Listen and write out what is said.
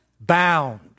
bound